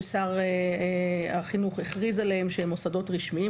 ששר החינוך הכריז עליהם שהם מוסדות רשמיים.